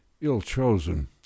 ill-chosen